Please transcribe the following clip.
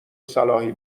صلاحی